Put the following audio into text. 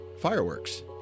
fireworks